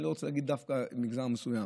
אני לא רוצה להגיד דווקא ממגזר מסוים,